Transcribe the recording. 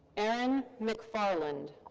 aaron mcfarland.